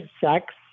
sex